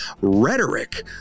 Rhetoric